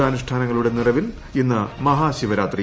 വ്രതാനൂഷ്ഠാനങ്ങളുടെ നിറവിൽ ഇന്ന് മഹാശിവരാത്രി